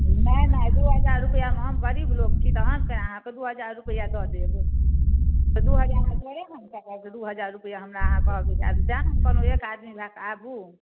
नहि नहि दू हजार रुपआ हम गरीब लोग छी तहन केना अहाँकेँ दू हजार रुपआ दऽ देब दू हजार मे असगरे अहाँकेँ दू हजार रुपैआ हमरा अहाँ कहब तैँ ने हम कहलहुँ एक आदमी भए कऽ आबू